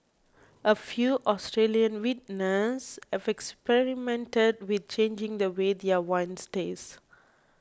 a few Australian vintners have experimented with changing the way their wines taste